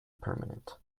permanent